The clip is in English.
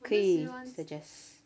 可以 suggest